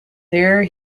there